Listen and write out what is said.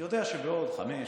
יודע שבעוד חמש,